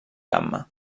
gamma